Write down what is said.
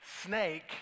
snake